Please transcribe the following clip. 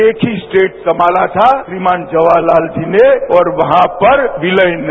एक ही स्टेट संमाला था श्रीमान जवाहर लाल जी ने और वहां पर विलय नहीं